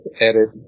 edit